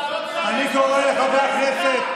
אני קורא לחברי הכנסת,